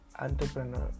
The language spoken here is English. entrepreneur